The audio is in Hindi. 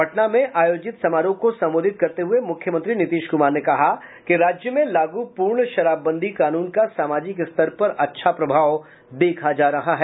पटना में आयोजित समारोह को संबोधित करते हुए मुख्यमंत्री नीतीश कुमार ने कहा कि राज्य में लागू पूर्ण शराबबंदी कानून का सामाजिक स्तर पर अच्छा प्रभाव देखा जा रहा है